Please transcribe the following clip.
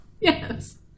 Yes